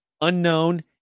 unknown